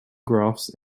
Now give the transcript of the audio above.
graphs